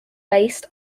based